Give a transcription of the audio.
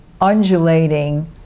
undulating